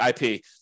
IP